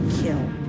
kill